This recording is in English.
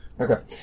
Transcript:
okay